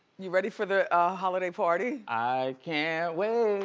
you ready for the holiday party? i can't wait.